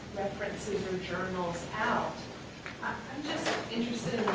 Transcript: references or journals, out. i'm just interested